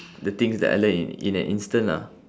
the things that I learn in in an instant lah